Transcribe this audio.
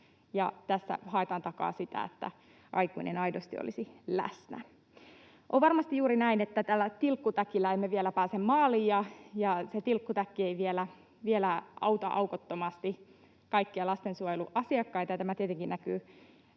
tässä haetaan takaa sitä, että aikuinen aidosti olisi läsnä. On varmasti juuri näin, että tällä tilkkutäkillä emme vielä pääse maaliin ja se tilkkutäkki ei vielä auta aukottomasti kaikkia lastensuojelun asiakkaita,